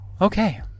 okay